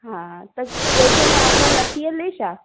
हा त ॿियो कंहिं में आफर नथी हले छा